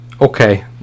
Okay